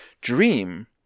dream